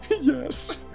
Yes